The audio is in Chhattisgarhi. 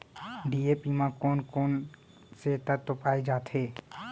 डी.ए.पी म कोन कोन से तत्व पाए जाथे?